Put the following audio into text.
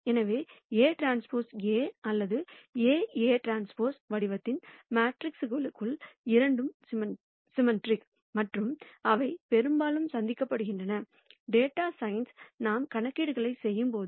எனவே Aᵀ A அல்லது AAᵀ வடிவத்தின் மேட்ரிக்ஸ்க்குகள் இரண்டும் சிம்மெட்ரிக் மற்றும் அவை பெரும்பாலும் சந்திக்கப்படுகின்றன டேட்டா சயின்ஸ் நாம் கணக்கீடுகளைச் செய்யும்போது